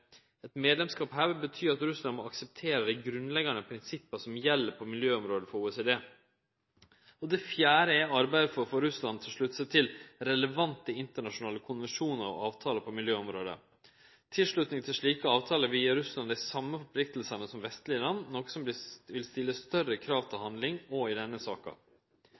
Eit medlemskap her vil bety at Russland må akseptere dei grunnleggjande prinsippa som gjeld på miljøområdet for OECD. Det fjerde er arbeidet for å få Russland til å slutte seg til relevante internasjonale konvensjonar og avtalar på miljøområdet. Tilslutning til slike avtalar vil gje Russland dei same forpliktingane som vestlege land, noko som vil stille større krav til handling, også i denne saka.